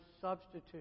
substitute